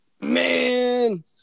man